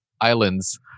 islands